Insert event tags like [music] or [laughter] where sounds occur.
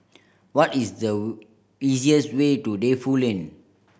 what is the [unintelligible] easiest way to Defu Lane